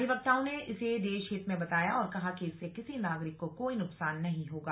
अधिवक्ताओं ने इसे देश हित में बताया और कहा कि इससे किसी नागरकि को कोई नुकसान नहीं होगा